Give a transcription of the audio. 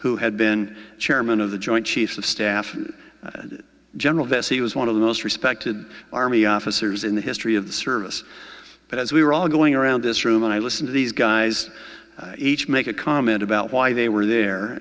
who had been chairman of the joint chiefs of staff general vessey was one of the most respected army officers in the history of the service but as we were all going around this room and i listen to these guys each make a comment about why they were there